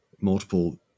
multiple